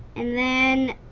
and then